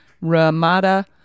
Ramada